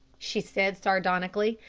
she said sardonically.